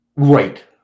Right